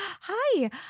Hi